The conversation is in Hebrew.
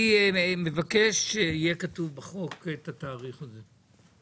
מבקש שיהיה כתוב בחוק את התאריך הזה.